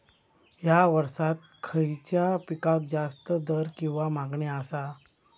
हया वर्सात खइच्या पिकाक जास्त दर किंवा मागणी आसा?